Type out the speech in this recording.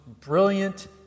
brilliant